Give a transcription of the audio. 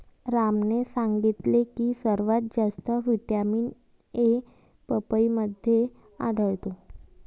रामने सांगितले की सर्वात जास्त व्हिटॅमिन ए पपईमध्ये आढळतो